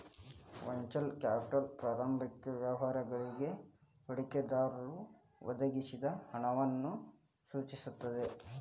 venture capital ಪ್ರಾರಂಭಿಕ ವ್ಯವಹಾರಗಳಿಗಿ ಹೂಡಿಕೆದಾರರು ಒದಗಿಸಿದ ಹಣವನ್ನ ಸೂಚಿಸ್ತದ